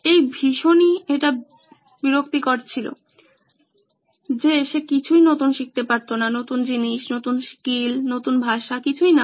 এটা ভীষণই বিরক্তিকর ছিল যে সে কিছুই নতুন শিখতে পারতো না নতুন জিনিস নতুন স্কিলনতুন ভাষা কিছুই না